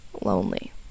lonely